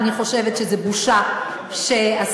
אני חושבת שזו בושה שהשר,